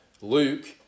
Luke